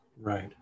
Right